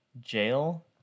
jail